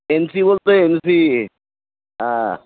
N C बोलतो आहे N C हा